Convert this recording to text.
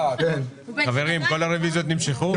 חברים, כל הרוויזיות נמשכו?